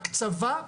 ההקצבה,